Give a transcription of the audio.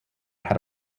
had